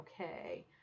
okay